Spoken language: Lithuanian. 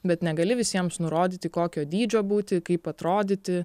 bet negali visiems nurodyti kokio dydžio būti kaip atrodyti